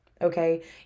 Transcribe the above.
Okay